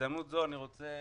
בהזדמנות הזאת אני רוצה